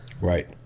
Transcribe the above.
Right